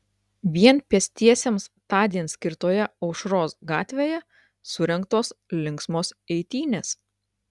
vien pėstiesiems tądien skirtoje aušros gatvėje surengtos linksmos eitynės